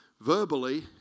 verbally